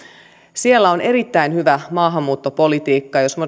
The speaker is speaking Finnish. siellä on erittäin hyvä maahanmuuttopolitiikka jos me